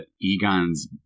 Egon's